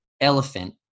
elephant